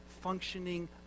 functioning